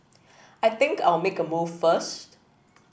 I think I'll make a move first